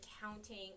counting